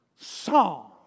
song